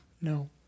No